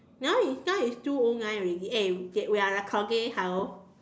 now it's now it's two o nine already eh we are recording hello